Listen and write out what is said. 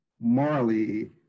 morally